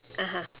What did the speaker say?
(uh huh)